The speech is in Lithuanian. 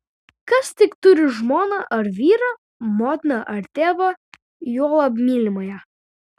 kas tik turi žmoną ar vyrą motiną ar tėvą juolab mylimąją